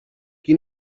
qui